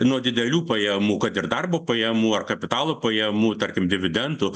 nuo didelių pajamų kad ir darbo pajamų ar kapitalo pajamų tarkim dividendų